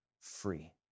free